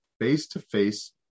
face-to-face